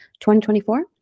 2024